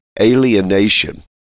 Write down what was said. alienation